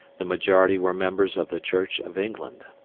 the majority were members of the church of england.